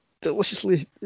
deliciously